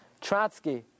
Trotsky